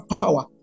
power